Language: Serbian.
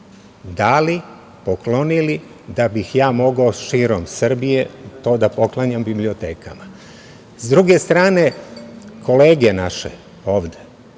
dali, poklonili, da bih ja mogao širom Srbije to da poklanjam bibliotekama.S druge strane, kolege naše ovde,